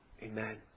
Amen